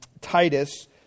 Titus